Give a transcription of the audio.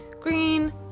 green